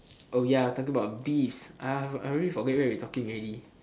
oh ya talking about beefs I I already forgot where we talking already